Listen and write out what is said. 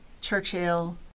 Churchill